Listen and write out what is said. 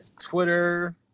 Twitter